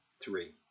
three